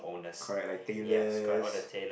correct like tailors